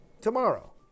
Tomorrow